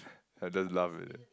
I just laugh at them